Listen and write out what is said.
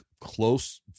close